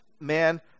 man